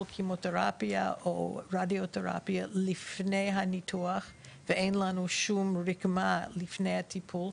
כימותרפיה או רדיותרפיה לפני הניתוח ואין לנו שום רקמה לפני הטיפול,